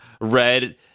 Red